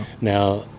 now